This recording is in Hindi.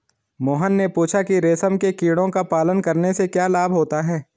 मोहन ने पूछा कि रेशम के कीड़ों का पालन करने से क्या लाभ होता है?